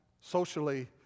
Socially